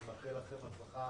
אני מאחל לכם הצלחה